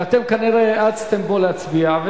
ואתם כנראה אצתם להצביע.